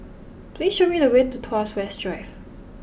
please show me the way to Tuas West Drive